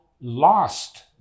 lost